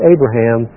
Abraham